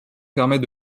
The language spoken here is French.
permet